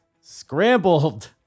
scrambled